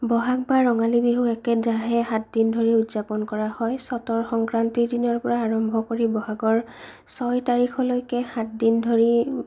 বহাগ বা ৰঙালী বিহু একে ধাৰে সাত দিন ধৰি উদযাপন কৰা হয় চতৰ সংক্ৰান্তীৰ দিনাৰ পৰা আৰম্ভ কৰি বহাগৰ ছয় তাৰিখলৈকে সাত দিন ধৰি